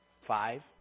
Five